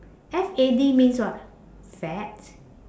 F A D means what fad